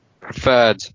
preferred